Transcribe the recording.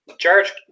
George